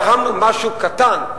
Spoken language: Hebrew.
תרמנו משהו קטן,